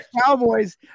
Cowboys